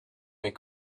mes